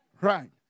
Right